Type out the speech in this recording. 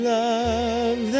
love